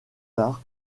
tard